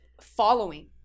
following